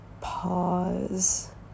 pause